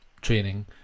training